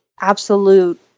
absolute